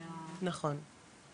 נכון,